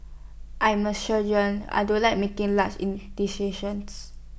I'm A surgeon I don't like making large indecisions